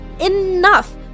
Enough